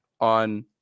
on